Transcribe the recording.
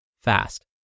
fast